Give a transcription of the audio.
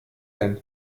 denn